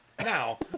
Now